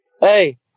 Hey